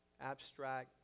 abstract